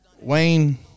Wayne